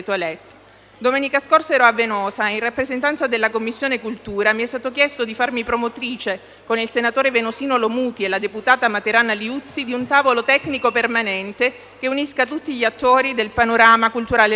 Domenica scorsa ero a Venosa e, in rappresentanza della Commissione cultura, mi è stato chiesto di farmi promotrice, con il senatore venosino Lomuti e la deputata materana Liuzzi, di un tavolo tecnico permanente che unisca tutti gli attori del panorama culturale locale,